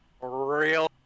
real